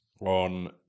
on